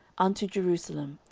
unto jerusalem,